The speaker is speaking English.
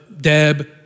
Deb